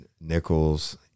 Nichols